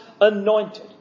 anointed